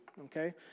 okay